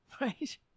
Right